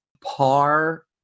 par